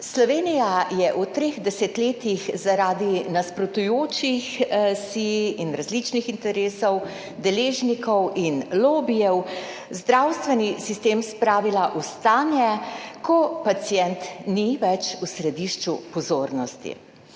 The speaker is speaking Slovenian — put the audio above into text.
Slovenija je v treh desetletjih zaradi nasprotujočih si in različnih interesov, deležnikov in lobijev zdravstveni sistem spravila v stanje, ko pacient ni več v središču pozornosti.